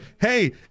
hey